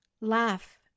Laugh